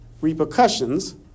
repercussions